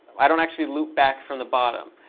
i don't actually loop back from the bottom.